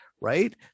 Right